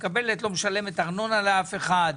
שלא משלמת ארנונה לאף אחד,